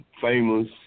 famous